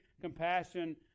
compassion